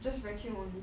just vacuum only